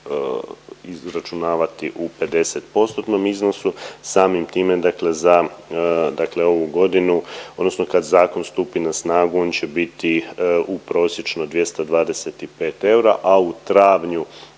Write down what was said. uračunavati u 50 postotnom iznosu, samim time dakle za dakle ovu godinu, odnosno kad zakon stupi na snagu, on će biti u prosječno 225 eura, a u travnju